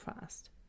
fast